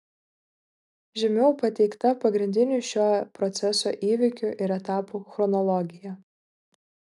žemiau pateikta pagrindinių šio proceso įvykių ir etapų chronologija